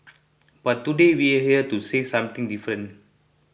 but today we're here to say something different